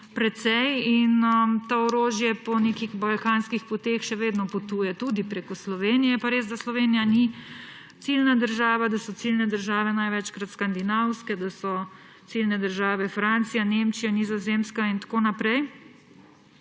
precej. To orožje po nekih balkanskih poteh še vedno potuje tudi preko Slovenije, je pa res, da Slovenija ni ciljna država, da so ciljne države največkrat skandinavske, da so ciljne države Francija, Nemčija, Nizozemska in tako naprej.